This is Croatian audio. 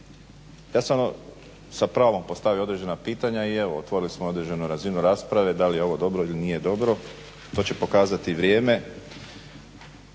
ja sam sa pravom postavio određena pitanja i evo otvorili smo određenu razinu rasprave. Da li je ovo dobro ili nije dobro to će pokazati vrijeme.